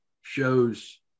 shows